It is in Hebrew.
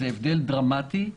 זה הבדל דרמטי.